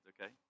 okay